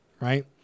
right